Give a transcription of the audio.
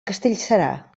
castellserà